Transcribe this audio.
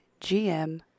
GM